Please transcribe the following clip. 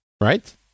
Right